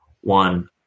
one